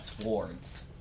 swords